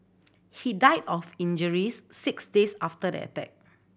he died of injuries six days after the attack